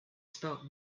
spilt